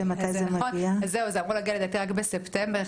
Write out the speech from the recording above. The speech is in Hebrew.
זה אמור להגיע לדעתי רק בספטמבר,